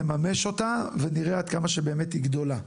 נממש אותה ונראה עד כמה שבאמת היא גדולה.